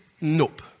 nope